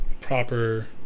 proper